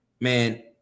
Man